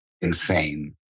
insane